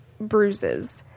bruises